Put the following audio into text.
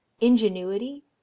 ingenuity